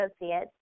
Associates